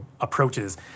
approaches